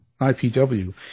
IPW